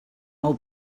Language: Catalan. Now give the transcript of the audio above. meu